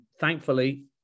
thankfully